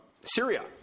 Syria